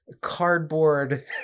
cardboard